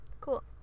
Cool